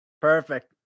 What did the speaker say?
perfect